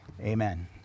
Amen